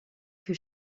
que